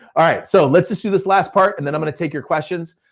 ah so let's just do this last part and then i'm gonna take your questions.